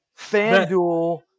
FanDuel